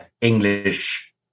English